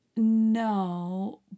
No